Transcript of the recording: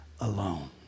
alone